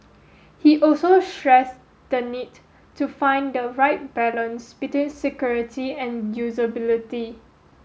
he also stress the need to find the right balance between security and usability